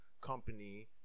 company